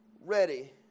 ready